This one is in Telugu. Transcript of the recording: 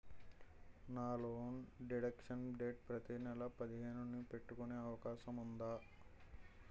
నా లోన్ డిడక్షన్ డేట్ ప్రతి నెల పదిహేను న పెట్టుకునే అవకాశం ఉందా?